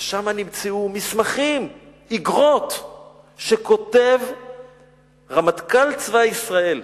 ושם נמצאו מסמכים, איגרות שכותב רמטכ"ל צבא ישראל.